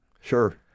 Sure